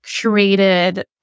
created